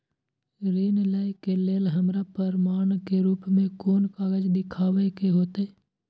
ऋण लय के लेल हमरा प्रमाण के रूप में कोन कागज़ दिखाबै के होतय?